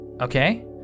okay